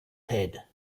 head